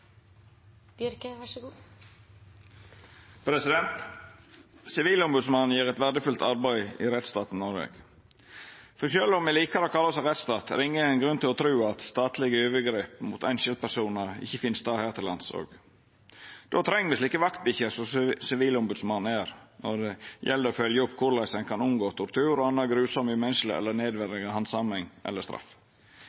Sivilombodsmannen gjer eit verdifullt arbeid i rettsstaten Noreg. Sjølv om me likar å kalla oss ein rettsstat, er det ingen grunn til å tru at statlege overgrep mot einskildpersonar ikkje finn stad her til lands også. Då treng me slike vaktbikkjer som Sivilombodsmannen er, når det gjeld å følgja opp korleis ein kan unngå tortur og annan grufull, umenneskeleg eller nedverdigande handsaming eller